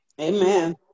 Amen